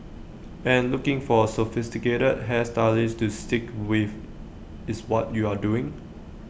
and looking for A sophisticated hair stylist to stick with is what you are doing